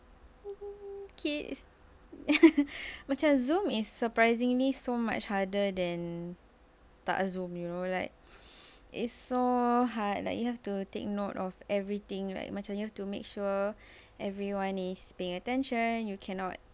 okay is macam zoom is surprisingly so much harder than tak zoom you know like it's so hard like you have to take note of everything like macam you have to make sure everyone is paying attention you cannot